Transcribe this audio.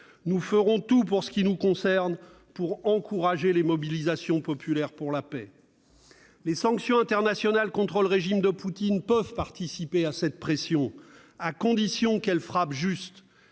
Nous ferons tout, en ce qui nous concerne, pour encourager les mobilisations populaires pour la paix. Les sanctions internationales contre le régime de Poutine peuvent participer à cette pression, à condition qu'elles frappent juste.